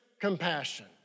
compassion